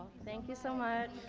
thank you so much.